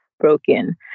broken